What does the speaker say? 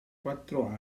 quattro